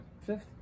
fifth